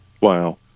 Wow